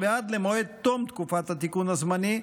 ועד למועד תום תקופת התיקון הזמני,